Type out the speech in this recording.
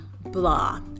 blah